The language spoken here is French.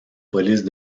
police